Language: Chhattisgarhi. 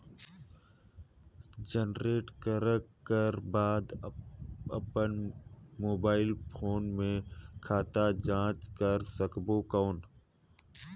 जनरेट करक कर बाद अपन मोबाइल फोन मे खाता जांच कर सकबो कौन?